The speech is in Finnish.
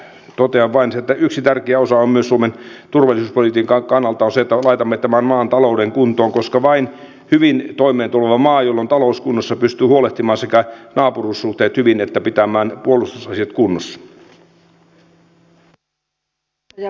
lopuksi totean vain sen että yksi tärkeä osa myös suomen turvallisuuspolitiikan kannalta on se että laitamme tämän maan talouden kuntoon koska vain hyvin toimeentuleva maa jolla on talous kunnossa pystyy huolehtimaan sekä naapuruussuhteet hyvin että pitämään puolustusasiat kunnossa